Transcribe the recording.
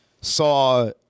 Saw